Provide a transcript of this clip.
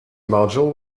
module